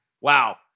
Wow